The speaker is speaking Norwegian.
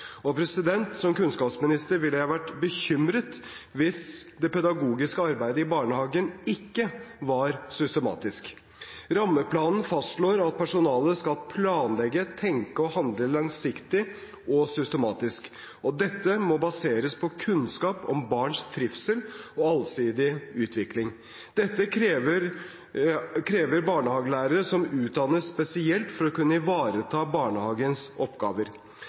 Som kunnskapsminister ville jeg vært bekymret hvis det pedagogiske arbeidet i barnehagen ikke var systematisk. Rammeplanen fastslår at personalet skal planlegge, tenke og handle langsiktig og systematisk, og at dette må baseres på kunnskap om barns trivsel og allsidige utvikling. Dette krever barnehagelærere som utdannes spesielt for å kunne ivareta barnehagens oppgaver.